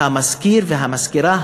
והמזכיר והמזכירה,